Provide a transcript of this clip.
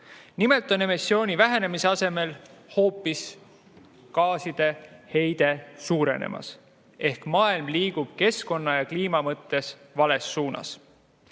Nimelt on emissiooni vähenemise asemel hoopis gaaside heide suurenemas. Ehk maailm liigub keskkonna ja kliima mõttes vales suunas.